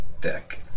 Deck